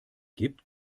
gibt